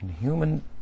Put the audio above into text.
human